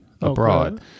abroad